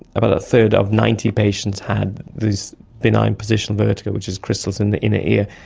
about a third of ninety patients had this benign positional vertigo, which is crystals in the inner ear,